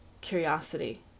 curiosity